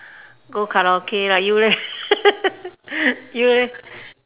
go karaoke lah you leh you leh